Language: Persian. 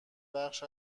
بخش